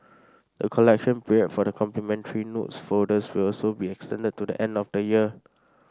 the collection period for the complimentary notes folders will also be extended to the end of the year